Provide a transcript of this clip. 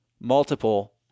multiple